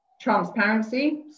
Transparency